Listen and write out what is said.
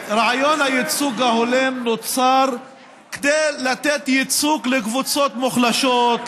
רעיון הייצוג ההולם נוצר כדי לתת ייצוג לקבוצות מוחלשות,